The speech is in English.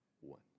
one